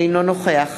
אינו נוכח